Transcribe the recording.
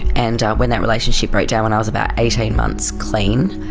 and when that relationship broke down when i was about eighteen months clean,